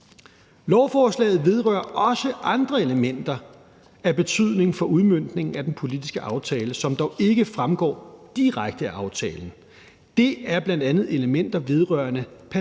Lovforslaget vedrører også andre elementer af betydning for udmøntning af den politiske aftale, som dog ikke fremgår direkte af aftalen. Det er bl.a. elementer vedrørende patentrettigheder